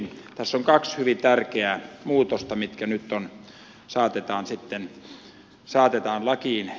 tässä on kaksi hyvin tärkeää muutosta mitkä nyt saatetaan lakiin